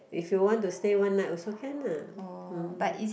if you want to stay one night also can lah hmm